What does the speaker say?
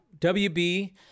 wb